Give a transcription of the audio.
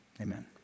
amen